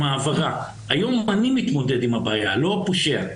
היום אני מתמודד עם הבעיה, לא הפושע.